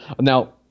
now